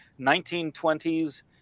1920s